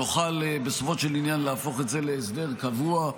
נוכל בסופו של עניין להפוך את זה להסדר קבוע,